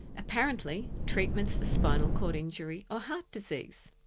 apparently treatments for spinal cord injury or heart disease.